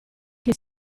che